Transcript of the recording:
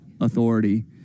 authority